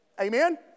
Amen